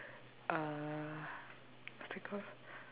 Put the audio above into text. uh what's that called